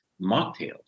mocktails